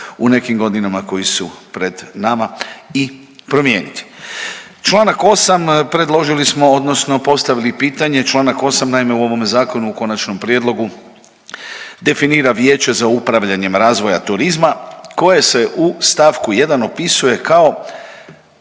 u nekim godinama koje su pred nama i promijeniti. Čl. 8. predložili smo odnosno postavili pitanje. Čl. 8. naime u ovome zakonu, u konačnom prijedlogu definira Vijeće za upravljanjem razvoja turizma koje se u stavku 1 opisuje kao